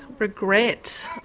regrets,